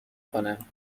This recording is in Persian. کنم